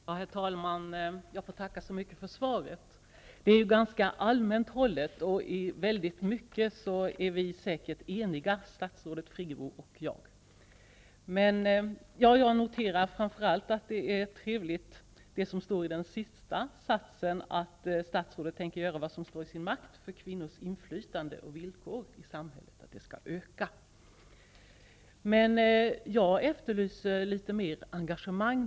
Herr talman! Jag får tacka så mycket för svaret. Det är ganska allmänt hållet och i mycket är vi säkert eniga, statsrådet Friggebo och jag. Jag noterade framför allt den trevliga skrivningen i det sista stycket, nämligen att statsrådet kommer att göra vad som står i hennes makt för att kvinnors inflytande och villkor i samhället skall öka. Jag efterlyser emellertid litet mer engagemang.